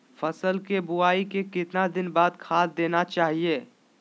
फसल के बोआई के कितना दिन बाद खाद देना चाइए?